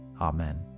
Amen